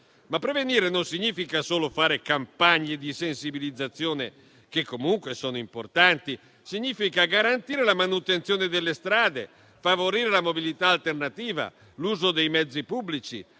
prevenire non significa solo fare campagne di sensibilizzazione, che comunque sono importanti; significa anche garantire la manutenzione delle strade, favorire la mobilità alternativa, l'uso dei mezzi pubblici,